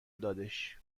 دادش